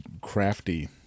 crafty